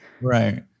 Right